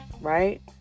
right